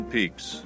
Peaks